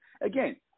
Again